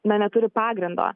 na neturi pagrindo